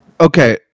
okay